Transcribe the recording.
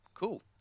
Cool